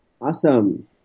Awesome